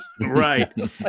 right